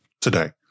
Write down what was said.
today